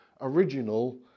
original